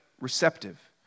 receptive